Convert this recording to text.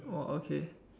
oh okay